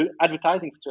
advertising